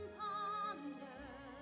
ponder